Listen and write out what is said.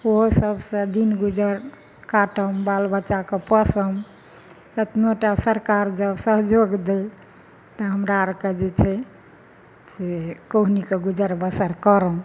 ओहो सबसँ दिन गुजर काटब बाल बच्चाके पोसब एतनो टा सरकार जब सहयोग दै तऽ हमरा आरके जे छै से कहुनी कऽ गुजर बसर करम